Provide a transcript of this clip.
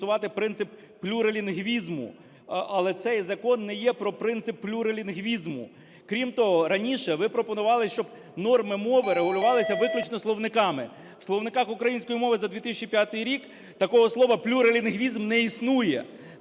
принцип плюрилінгвізму. Але цей закон не є про принцип плюрилінгвізму. Крім того, раніше ви пропонували, щоб норми мови регулювалися виключно словниками. У словниках української мови за 2005 рік такого слова "плюрилінгвізм" не існує.